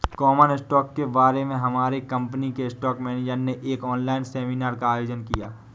common stock के बारे में हमारे कंपनी के स्टॉक मेनेजर ने एक ऑनलाइन सेमीनार का आयोजन किया